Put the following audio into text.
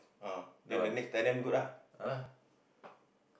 the one ah